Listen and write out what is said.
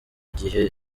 igihe